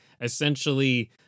Essentially